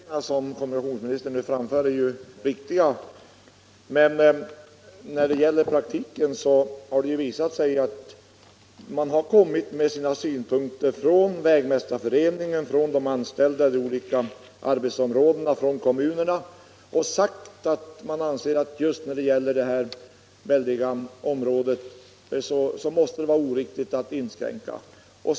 Nr 132 Herr talman! De uppgifter som kommunikationsministern nu framfört Torsdagen den är riktiga, men i praktiken har det anförts synpunkter från vägmästar 20 maj 1976 föreningen, de olika arbetsområdena och från kommunerna. Man anser att det måste vara fel att företa inskränkningar just inom detta väldiga — Om verkningarna område.